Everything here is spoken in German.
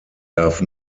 darf